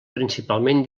principalment